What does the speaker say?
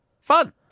fun